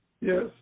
Yes